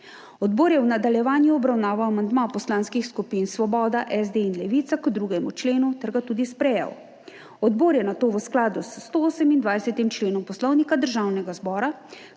Odbor je v nadaljevanju obravnaval amandma poslanskih skupin Svoboda, SD in Levica k 2. členu ter ga tudi sprejel. Odbor je nato v skladu s 128. členom Poslovnika Državnega zbora